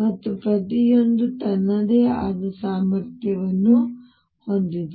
ಮತ್ತು ಪ್ರತಿಯೊಂದೂ ತನ್ನದೇ ಆದ ಸಾಮರ್ಥ್ಯವನ್ನು ಹೊಂದಿದೆ